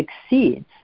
succeeds